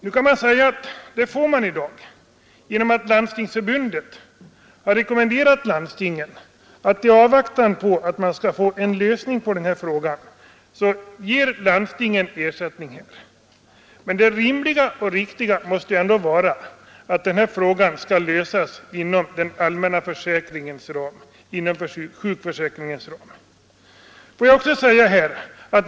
Nu kan man visserligen säga att sådan ersättning utgår i dag genom att Landstingsförbundet har rekommenderat landstingen att i avvaktan på en lösning av frågan utbetala ersättning. Men det rimliga och riktiga måste ändå vara att frågan skall lösas inom den allmänna sjukförsäkringens ram.